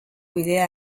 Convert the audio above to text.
bidea